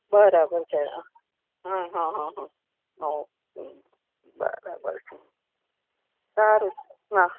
બરાબર છે હં હં હં હં હમ હમ બરાબર છે સારું હાં